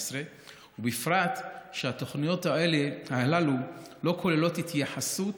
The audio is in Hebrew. ובפרט כשהתוכניות הללו לא כוללות התייחסות